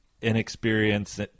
inexperienced